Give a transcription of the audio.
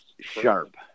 sharp